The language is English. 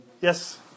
Yes